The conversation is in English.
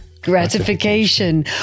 Gratification